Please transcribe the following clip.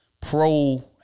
Pro